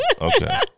Okay